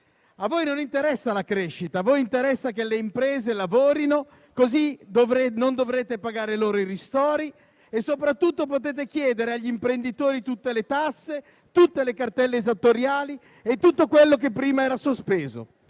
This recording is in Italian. A voi non interessa la crescita: a voi interessa che le imprese lavorino, così non dovrete pagare loro i ristori e soprattutto potete chiedere agli imprenditori tutte le tasse, tutte le cartelle esattoriali e tutto quello che prima era sospeso.